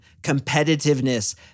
competitiveness